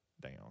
down